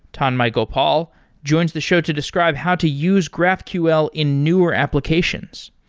tanmai gopal joins the show to describe how to use graphql in newer applications.